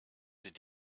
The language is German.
sie